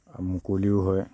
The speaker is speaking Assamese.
মুকলিও হয়